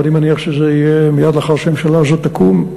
ואני מניח שזה יהיה מייד לאחר שהממשלה הזאת תקום,